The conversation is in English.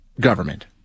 government